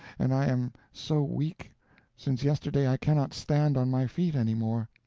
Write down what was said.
and i am so weak since yesterday i cannot stand on my feet anymore.